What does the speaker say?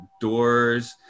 doors